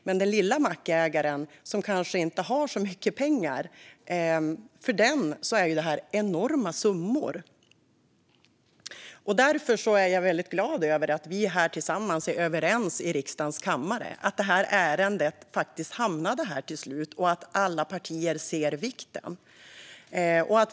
Men för den lilla mackägaren, som kanske inte har så mycket pengar, är det här enorma summor. Därför är jag väldigt glad över att vi tillsammans är överens här i riksdagens kammare, så att det här ärendet faktiskt hamnade här till slut. Alla partier ser vikten av detta.